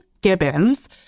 gibbons